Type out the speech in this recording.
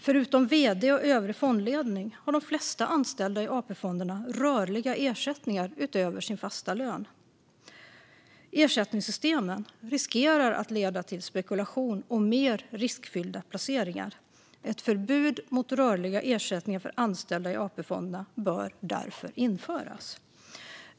Förutom vd och övrig fondledning har de flesta anställda i AP-fonderna rörliga ersättningar utöver sin fasta lön. Ersättningssystemen riskerar att leda till spekulation och mer riskfyllda placeringar. Ett förbud mot rörliga ersättningar för anställda i AP-fonderna bör därför införas.